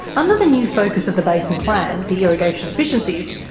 under the new focus of the basin plan, the irrigation efficiencies,